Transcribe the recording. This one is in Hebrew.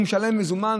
הוא משלם במזומן,